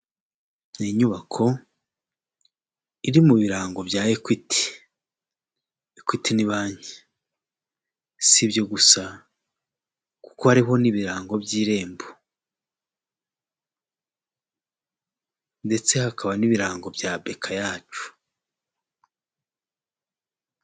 Ni inyubako iri mu birango bya ekwiti. Ekwiti ni banki, si ibyo gusa kuko ariho n' ibirango by'irembo ndetse hakaba n' ibirango bya beca yacu.